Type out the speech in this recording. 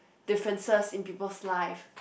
differences in peoples' life